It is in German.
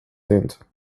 sind